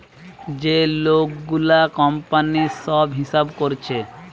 যে লোক গুলা কোম্পানির সব হিসাব কোরছে